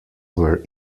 were